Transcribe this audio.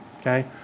Okay